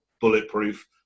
bulletproof